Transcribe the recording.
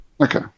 Okay